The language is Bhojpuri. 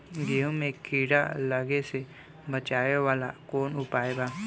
गेहूँ मे कीड़ा लागे से बचावेला कौन उपाय बा?